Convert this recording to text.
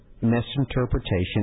misinterpretation